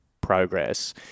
progress